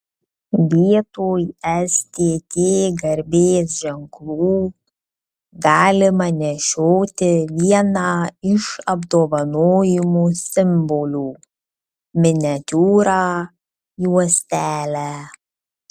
vietoj stt garbės ženklų galima nešioti vieną iš apdovanojimų simbolių miniatiūrą juostelę